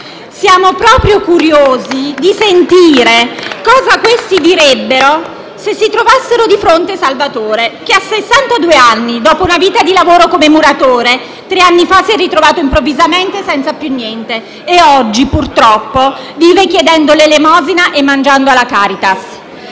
Siamo proprio curiosi di sentire cosa direbbero se si trovassero di fronte Salvatore che a sessantadue anni, dopo una vita di lavoro come muratore, tre anni fa si è ritrovato improvvisamente senza più niente e oggi, purtroppo, vive chiedendo l'elemosina e mangiando alla Caritas;